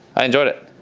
i enjoyed it.